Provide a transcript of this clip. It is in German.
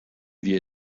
wir